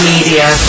Media